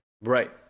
Right